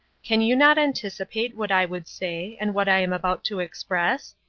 can you not anticipate what i would say, and what i am about to express?